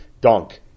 dunk